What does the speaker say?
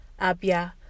Abia